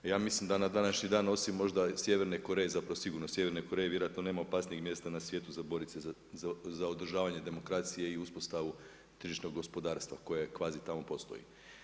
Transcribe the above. Ja mislim da na današnji dan osim možda Sjeverne Koreje, zapravo sigurno Sjeverne Koreje vjerojatno nema opasnijeg mjesta na svijetu za borit se za održavanje demokracije i uspostavu tržišnog gospodarstva koje kvazi tamo postoji.